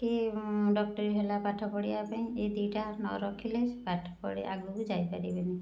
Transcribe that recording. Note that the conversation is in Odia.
କି ଡକ୍ଟରୀ ହେଲା ପାଠ ପଢ଼ିବା ପାଇଁ ଏଇ ଦୁଇଟା ନ ରଖିଲେ ପାଠ ପଢ଼ି ଆଗକୁ ଯାଇପାରିବେନି